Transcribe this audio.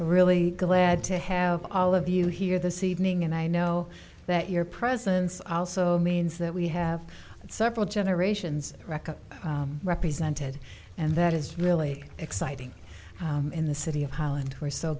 really glad to have all of you here this evening and i know that your presence also means that we have several generations record represented and that is really exciting in the city of holland where so